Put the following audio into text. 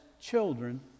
children